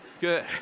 Good